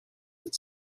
but